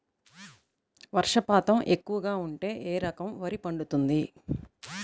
వర్షపాతం ఎక్కువగా ఉంటే ఏ రకం వరి పండుతుంది?